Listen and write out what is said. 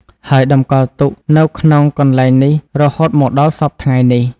ហើយតម្កល់ទុកនៅក្នុងកន្លែងនេះរហូតមកដល់សព្វថ្ងៃនេះ។